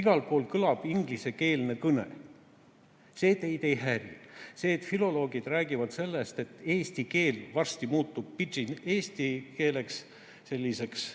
Igal pool kõlab ingliskeelne kõne. See teid ei häiri. Filoloogid räägivad sellest, et eesti keel varsti muutub pidžinkeeleks, selliseks